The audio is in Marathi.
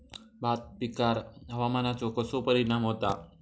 भात पिकांर हवामानाचो कसो परिणाम होता?